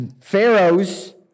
pharaohs